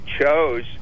chose